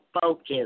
focus